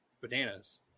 bananas